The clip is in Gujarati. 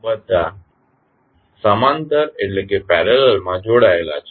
બધા સમાંતર માં જોડાયેલા છે